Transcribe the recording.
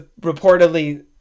reportedly